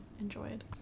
enjoyed